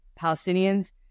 Palestinians